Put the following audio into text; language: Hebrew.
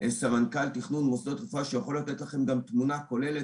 סורוקה עובד ככה,